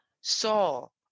Saul